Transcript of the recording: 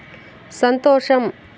సంతోషం